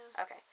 Okay